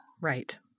Right